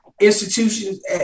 institutions